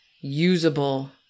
usable